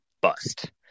bust